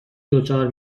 دچار